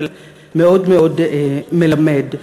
אבל מאוד מלמד.